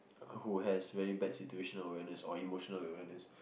who has very bad situation or emotional awareness